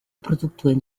produktuen